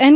N